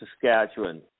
Saskatchewan